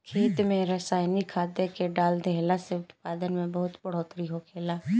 खेत में रसायनिक खाद्य के डाल देहला से उत्पादन में बहुत बढ़ोतरी होखेला